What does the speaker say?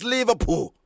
Liverpool